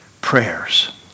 prayers